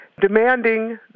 demanding